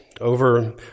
over